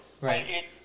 right